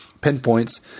pinpoints